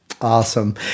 Awesome